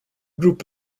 group